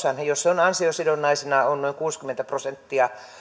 työttömyyskorvaushan jos se on ansiosidonnaisena on kuusikymmentä prosenttia